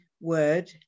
word